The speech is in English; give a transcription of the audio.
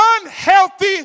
Unhealthy